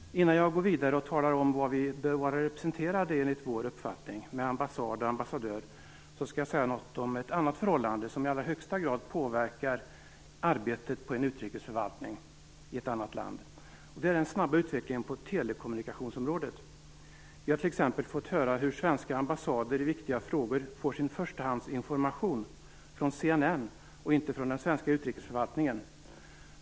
Innan jag går vidare och talar om var vi bör vara representerade med ambassad och ambassadör, enligt vår uppfattning, skall jag säga någonting om ett annat förhållande som i allra högsta grad påverkar arbetet på en utrikesförvaltning i ett annat land. Det är den snabba utvecklingen på telekommunikationsområdet. Vi har t.ex. fått höra hur svenska ambassader i viktiga frågor får sin förstahandsinformation från CNN, och inte från den svenska utrikesförvaltningen.